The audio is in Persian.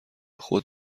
خود